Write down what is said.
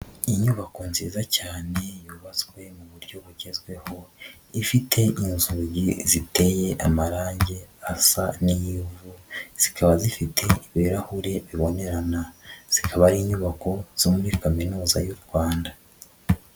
Inyubako nziza cyane yubatswe mu buryo bugezweho, ifite inzugi ziteye amarangi asa n'ivu zikaba zifite ibirahure bibonerana, zikaba ari inyubako zo muri Kaminuza y'u Rwanda.